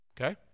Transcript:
Okay